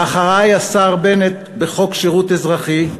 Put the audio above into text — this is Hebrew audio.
ואחרי השר בנט בחוק שירות אזרחי,